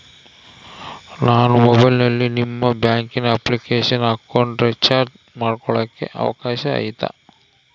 ನಾನು ಮೊಬೈಲಿನಲ್ಲಿ ನಿಮ್ಮ ಬ್ಯಾಂಕಿನ ಅಪ್ಲಿಕೇಶನ್ ಹಾಕೊಂಡ್ರೆ ರೇಚಾರ್ಜ್ ಮಾಡ್ಕೊಳಿಕ್ಕೇ ಅವಕಾಶ ಐತಾ?